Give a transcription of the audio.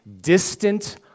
distant